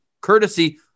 courtesy